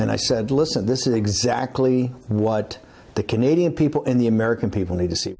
and i said listen this is exactly what the canadian people in the american people need to see